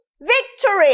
victory